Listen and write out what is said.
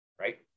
right